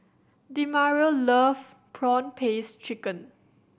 demario love prawn paste chicken